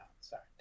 Sorry